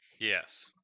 Yes